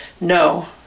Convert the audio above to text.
no